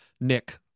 Nick